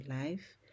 life